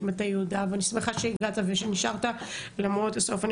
מטה יהודה ואני שמחה שהגעת ונשארת עד הסוף.